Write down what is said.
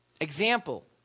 Example